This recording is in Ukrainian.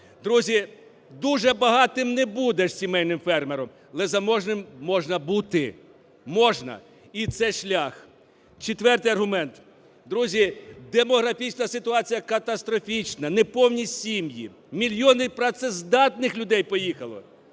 Друзі, дуже багатим не будеш сімейним фермером, але заможним можна бути, можна і це шлях. Четвертий аргумент. Друзі, демографічна ситуація катастрофічна: неповні сім'ї, мільйони працездатних людей поїхали,